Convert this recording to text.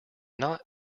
not